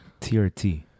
TRT